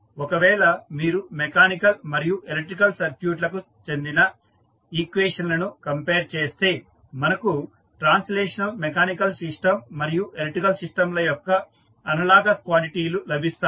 ఒకవేళ మీరు మెకానికల్ మరియు ఎలక్ట్రికల్ సర్క్యూట్ లకు చెందిన ఈక్వేషన్ లను కంపేర్ చేస్తే మనకు ట్రాన్స్లేషనల్ మెకానికల్ సిస్టం మరియు ఎలక్ట్రికల్ సిస్టం ల యొక్క అనలాగస్ క్వాంటిటీలు లభిస్తాయి